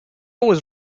was